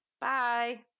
Bye